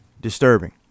Disturbing